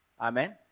Amen